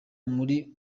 muri